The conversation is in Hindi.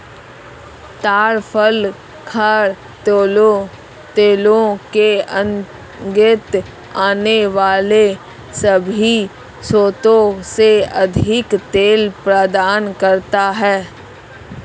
ताड़ फल खाद्य तेलों के अंतर्गत आने वाले सभी स्रोतों से अधिक तेल प्रदान करता है